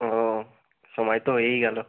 ও সময় তো হয়েই গেলো